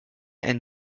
and